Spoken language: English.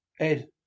Ed